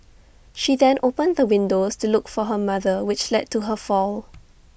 she then opened the windows to look for her mother which led to her fall